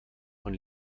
von